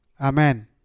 Amen